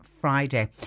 Friday